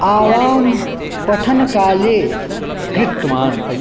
आवां पठनकाले कृतवान्